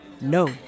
No